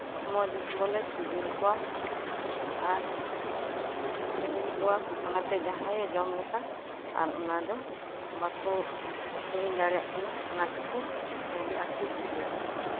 ᱢᱚᱡᱽ ᱵᱚᱞᱮ ᱥᱤᱵᱤᱞ ᱠᱚᱣᱟ ᱟᱨ ᱥᱤᱵᱤᱞ ᱠᱚᱣᱟ ᱚᱱᱟᱛᱮ ᱡᱟᱦᱟᱸᱭᱮ ᱡᱚᱢ ᱞᱮᱠᱷᱟᱱ ᱟᱨ ᱚᱱᱟ ᱫᱚ ᱵᱟᱠᱚ ᱦᱤᱲᱤᱧ ᱫᱟᱲᱮᱭᱟᱜ ᱠᱟᱱᱟ ᱚᱱᱟᱛᱮᱠᱚ ᱟᱹᱰᱤ ᱟᱸᱴ ᱠᱚ ᱫᱤᱥᱟᱹᱭᱟ